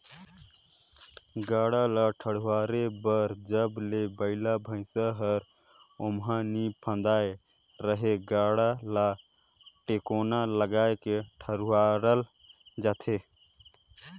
गाड़ा ल ठडुवारे बर जब ले बइला भइसा हर ओमहा नी फदाय रहेए गाड़ा ल टेकोना लगाय के ठडुवारल जाथे